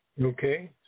Okay